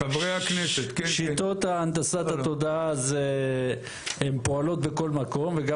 שיטות ההנדסת התודעה הם פועלות בכל מקום וגם